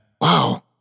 Wow